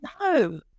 No